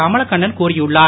கமலக்கண்ணன் கூறியுள்ளார்